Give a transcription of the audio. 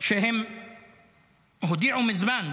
שהודיעו מזמן,